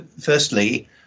firstly